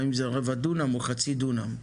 גם אם זה רבע דונם או חצי דונם.